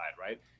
right